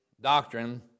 doctrine